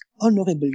honorable